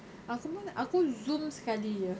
aku pun aku zoom sekali jer